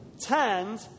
tanned